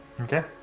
Okay